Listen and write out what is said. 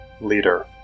leader